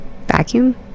Vacuum